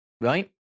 right